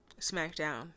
SmackDown